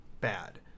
bad